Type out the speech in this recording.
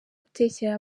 gutekera